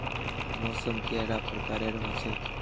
मौसम कैडा प्रकारेर होचे?